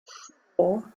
four